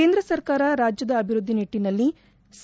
ಕೇಂದ್ರಸರ್ಕಾರ ರಾಜ್ಯದ ಅಭಿವೃದ್ಧಿ ನಿಟ್ಟನಲ್ಲಿ ಸಿ